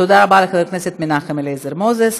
תודה רבה לחבר הכנסת מנחם אליעזר מוזס.